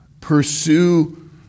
pursue